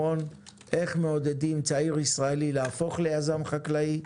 איך מעודדים צעיר ישראלי להפוך ליזם חקלאי,